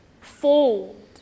Fold